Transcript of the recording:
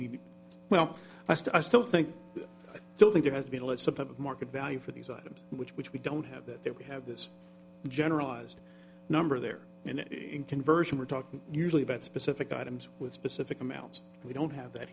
made well last i still think i don't think there has been a let's a bit of market value for these items which which we don't have that there we have this generalized number there and in conversion we're talking usually about specific items with specific amounts we don't have that